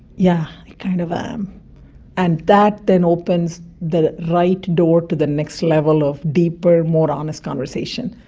yeah i kind of am and that then opens the right door to the next level of deeper, more honest conversation.